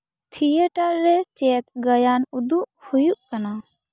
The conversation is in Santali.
ᱛᱷᱤᱭᱮᱴᱟᱨ ᱨᱮ ᱪᱮᱫ ᱜᱟᱭᱟᱱ ᱩᱫᱩᱜ ᱦᱩᱭᱩᱜ ᱠᱟᱱᱟ